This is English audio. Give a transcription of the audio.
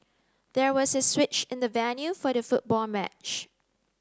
there was a switch in the venue for the football match